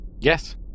Yes